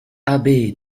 abbé